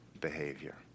behavior